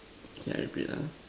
okay I repeat ah